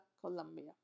Colombia